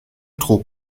trug